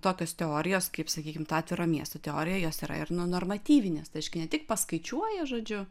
tokios teorijos kaip sakykim ta atviro miesto teorija jos yra ir nu normatyvinės tai reiškia ne tik paskaičiuoja žodžiu